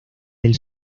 del